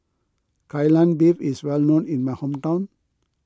Kai Lan Beef is well known in my hometown